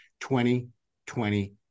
2020